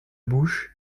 bouche